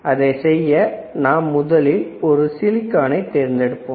அதை செய்ய நாம் ஒரு சிலிகானை தேர்ந்தெடுப்போம்